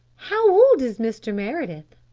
how old is mr. meredith?